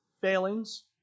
failings